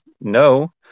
No